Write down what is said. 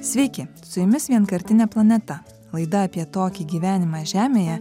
sveiki su jumis vienkartinė planeta laida apie tokį gyvenimą žemėje